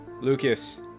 Lucas